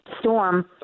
storm